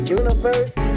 universe